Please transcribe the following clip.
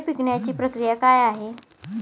फळे पिकण्याची प्रक्रिया काय आहे?